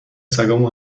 سگامو